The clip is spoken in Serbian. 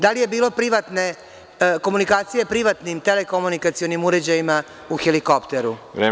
Da li je bilo komunikacije privatnim telekomunikacionim uređajima u helikopteru?